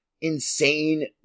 insane